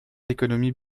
d’économies